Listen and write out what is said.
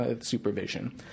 Supervision